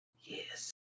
Yes